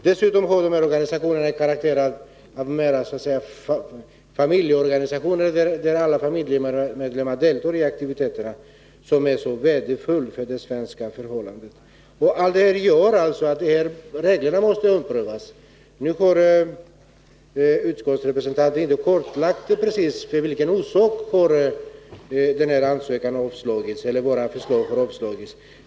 Dessutom har dessa organisationer karaktären av familjeorganisationer, där alla familjemedlemmar deltar i aktiviteterna, vilket är mycket värdefullt med tanke på de svenska förhållandena. Allt detta gör att reglerna måste omprövas. Utskottets representant har inte precis klargjort orsaken till att våra förslag har avstyrkts.